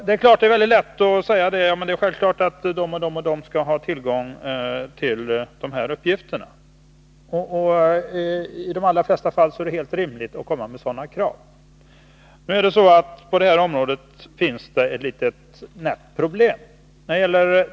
Det är väldigt lätt att säga att de och de skall ha tillgång till de här uppgifterna. I de allra flesta fall är det helt rimligt att komma med sådana krav. Nu är det emellertid så att det på det här området finns ett litet problem.